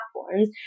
platforms